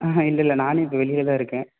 ஆஹான் இல்லை இல்லை நானே இப்போ வெளியே தான் இருக்கேன்